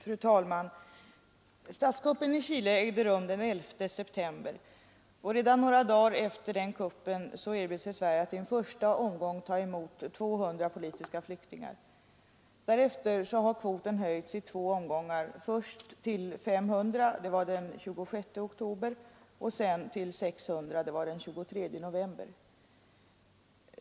Fru talman! Statskuppen i Chile ägde rum den 11 september, och redan några dagar efter kuppen erbjöd sig Sverige att i en första omgång ta emot 200 politiska flyktingar. Därefter har kvoten höjts i två omgångar, först till 500 — det var den 26 oktober — och sedan till 600 den 23 november.